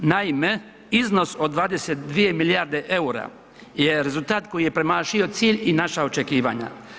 Naime, iznos od 22 milijarde eura je rezultat koji je premašio cilj i naša očekivanja.